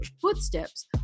footsteps